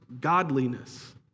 godliness